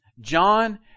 John